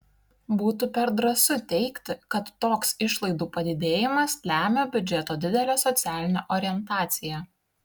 būtų per drąsu teigti kad toks išlaidų padidėjimas lemia biudžeto didelę socialinę orientaciją